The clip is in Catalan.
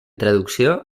traducció